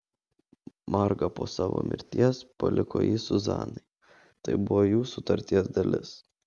marga po savo mirties paliko jį zuzanai tai buvo jų sutarties dalis